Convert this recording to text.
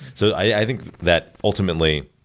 so i think that, ultimately,